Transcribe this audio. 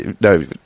No